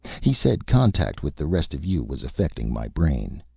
he said contact with the rest of you was affecting my brain.